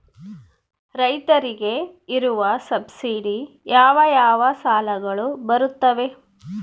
ರೈತರಿಗೆ ಇರುವ ಸಬ್ಸಿಡಿ ಯಾವ ಯಾವ ಸಾಲಗಳು ಬರುತ್ತವೆ?